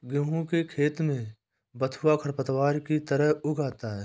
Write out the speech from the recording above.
गेहूँ के खेत में बथुआ खरपतवार की तरह उग आता है